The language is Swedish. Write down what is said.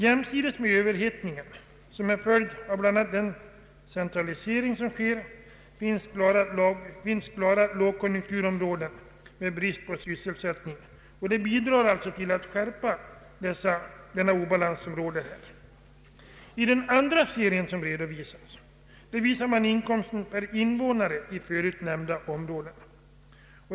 Jämsides med överhettningen såsom en följd av bl.a. den centralisering som sker finns klara lågkonjunkturområden med brist på sysselsättning. Det bidrar alltså till att skärpa den rådande obalansen. I den andra serien redovisas inkomsten per invånare i förut nämnda områden.